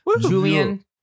Julian